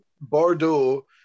Bordeaux